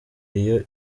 iyo